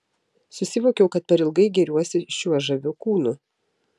susivokiau kad per ilgai gėriuosi šiuo žaviu kūnu